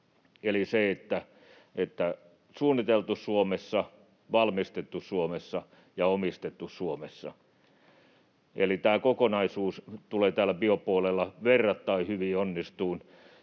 eli ”suunniteltu Suomessa, valmistettu Suomessa ja omistettu Suomessa” — tämä kokonaisuus tulee täällä biopuolella verrattain hyvin onnistumaan.